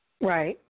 Right